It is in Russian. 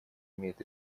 имеет